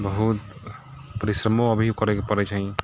बहुत परिश्रमो अभी करैके पड़ै छै